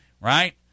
right